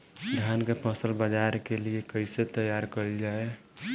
धान के फसल बाजार के लिए कईसे तैयार कइल जाए?